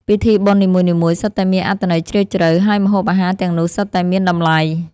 ពិធីបុណ្យនីមួយៗសុទ្ធតែមានអត្ថន័យជ្រាលជ្រៅ ហើយម្ហូបអាហារទាំងនោះសុទ្ធតែមានតម្លៃ។